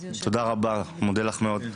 תודה רבה לך, מודה לך מאוד.